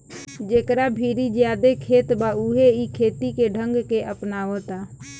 जेकरा भीरी ज्यादे खेत बा उहे इ खेती के ढंग के अपनावता